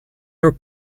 her